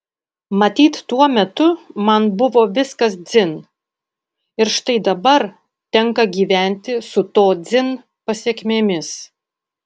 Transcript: matyt tuo metu man buvo viskas dzin ir štai dabar tenka gyventi su to dzin pasekmėmis